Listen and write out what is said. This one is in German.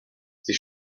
sie